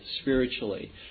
spiritually